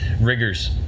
riggers